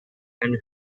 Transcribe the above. and